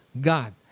God